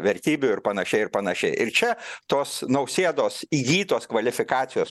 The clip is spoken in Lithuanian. vertybių ir panašiai ir panašiai ir čia tos nausėdos įgytos kvalifikacijos